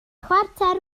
chwarter